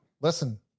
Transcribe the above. listen